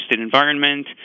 environment